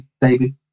David